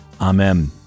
amen